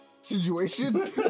situation